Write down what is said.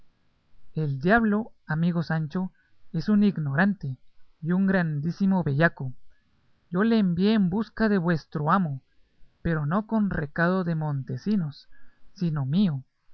el diablo amigo sancho es un ignorante y un grandísimo bellaco yo le envié en busca de vuestro amo pero no con recado de montesinos sino mío